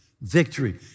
victory